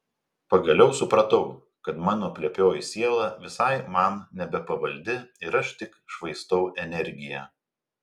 pagaliau supratau kad mano plepioji siela visai man nebepavaldi ir aš tik švaistau energiją